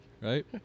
right